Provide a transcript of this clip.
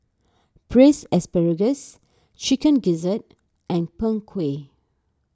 Braised Asparagus Chicken Gizzard and Png Kueh